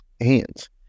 hands